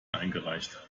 eingereicht